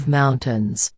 mountains